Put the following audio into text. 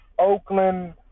Oakland